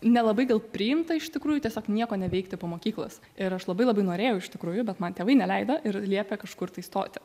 nelabai gal priimta iš tikrųjų tiesiog nieko neveikti po mokyklos ir aš labai labai norėjau iš tikrųjų bet man tėvai neleido ir liepė kažkur tai stoti